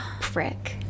Frick